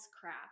crap